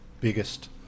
biggest